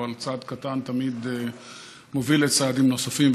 אבל צעד קטן תמיד מוביל לצעדים נוספים,